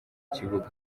kibuga